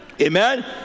Amen